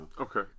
Okay